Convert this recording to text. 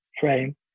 frame